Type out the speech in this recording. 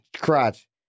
crotch